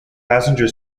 passenger